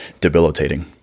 debilitating